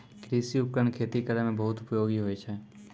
कृषि उपकरण खेती करै म बहुत उपयोगी होय छै